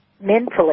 mentally